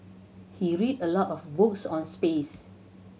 he read a lot of books on space